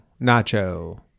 nacho